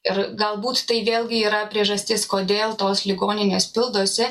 ir galbūt tai vėlgi yra priežastis kodėl tos ligoninės pildosi